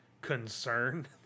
concern